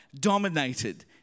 dominated